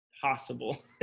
possible